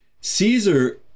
Caesar